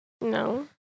No